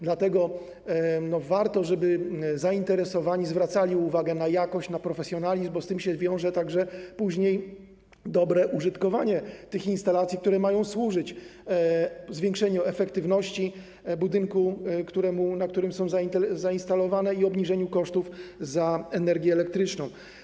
Dlatego warto, żeby zainteresowani zwracali uwagę na jakość, na profesjonalizm, bo z tym wiąże się później dobre użytkowanie tych instalacji, które mają służyć zwiększeniu efektywności budynku, na którym są zainstalowane, i obniżeniu kosztów za energię elektryczną.